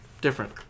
Different